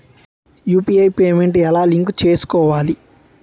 UPI payment ఎలా link చేసుకోవాలి?